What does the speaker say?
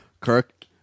Kirk